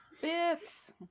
Bits